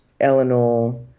Eleanor